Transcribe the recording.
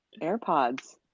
AirPods